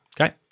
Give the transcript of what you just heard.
Okay